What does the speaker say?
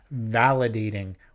validating